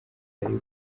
ariko